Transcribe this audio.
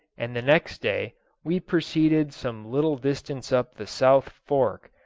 and the next day we proceeded some little distance up the south fork,